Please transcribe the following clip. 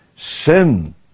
Sin